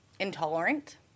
Intolerant